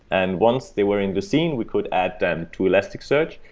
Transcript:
and once they were in lucene, we could add them to elasticsearch.